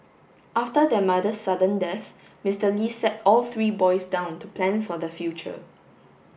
after their mother's sudden death Mister Li sat all three boys down to plan for the future